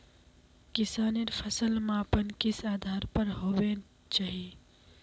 किसानेर फसल मापन किस आधार पर होबे चही?